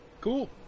Cool